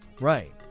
Right